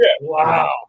Wow